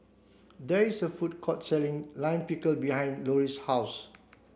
there is a food court selling Lime Pickle behind Loree's house